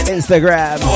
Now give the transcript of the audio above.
Instagram